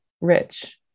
rich